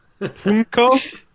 punko